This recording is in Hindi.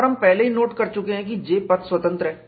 और हम पहले ही नोट कर चुके हैं कि J पथ स्वतंत्र है